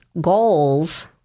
goals